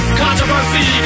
controversy